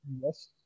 Yes